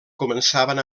començaven